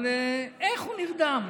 אבל איך הוא נרדם?